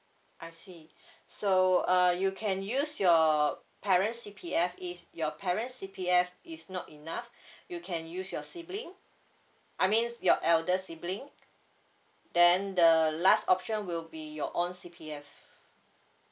I see so uh you can use your parents' C_P_F it's your parents' C_P_F is not enough you can use your sibling I mean your elder sibling then the last option will be your own C_P_F